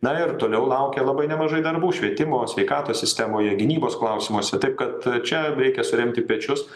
na ir toliau laukia labai nemažai darbų švietimo sveikatos sistemoje gynybos klausimuose taip kad čia reikia suremti pečius